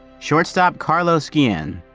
shortstop, carlos guillen